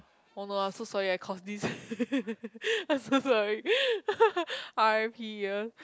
oh no I'm so sorry I caused this I'm so sorry r_p year